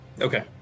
Okay